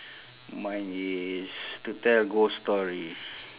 mine is to tell ghost story